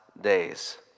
days